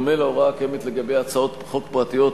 בדומה להוראה הקיימת לגבי הצעות חוק פרטיות,